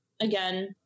Again